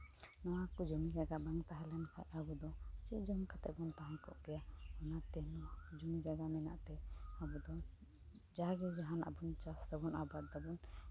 ᱚᱱᱟ ᱠᱚ ᱡᱚᱢᱤᱼᱡᱟᱭᱜᱟ ᱵᱟᱝ ᱛᱟᱦᱮ ᱞᱮᱱ ᱠᱷᱟᱱ ᱟᱵᱚ ᱫᱚ ᱪᱮᱫ ᱡᱚᱢ ᱠᱟᱛᱮᱫ ᱵᱚᱱ ᱛᱟᱦᱮ ᱠᱚᱜ ᱠᱮᱭᱟ ᱚᱱᱟᱛᱮ ᱡᱚᱢᱤᱼᱡᱟᱭᱜᱟ ᱢᱮᱱᱟᱜ ᱛᱮ ᱟᱵᱚ ᱫᱚ ᱡᱟᱜᱮ ᱡᱟᱦᱟᱱᱟᱜ ᱵᱚᱱ ᱪᱟᱥ ᱮᱫᱟᱵᱚᱱ ᱟᱵᱟᱫ ᱮᱫᱟᱵᱚᱱ